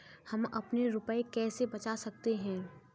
हम अपने रुपये कैसे बचा सकते हैं?